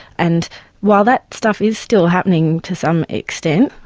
and while that stuff is still happening to some extent,